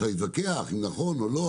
אפשר להתווכח אם נכון או לא,